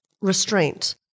restraint